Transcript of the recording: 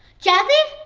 jazzy?